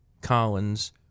Collins